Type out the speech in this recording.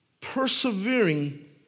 persevering